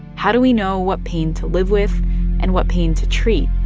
how do we know what pain to live with and what pain to treat?